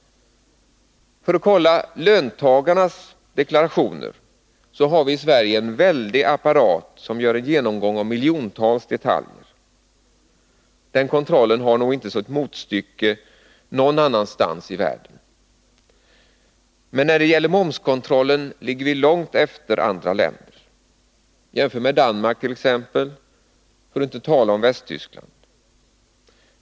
För att kolla löntagarnas deklarationer har vi i Sverige en väldig apparat som gör en genomgång av miljontals detaljer. Den kontrollen har nog inte sitt motstycke någon annanstans i världen. Men när det gäller momskontrollen ligger vi långt efter andra länder. Jämför med Danmark t.ex. — för att inte tala om Västtyskland!